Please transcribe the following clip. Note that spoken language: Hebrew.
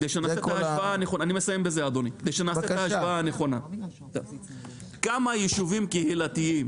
כדי שנעשה את ההשוואה הנכונה כמה ישובים קהילתיים